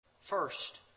First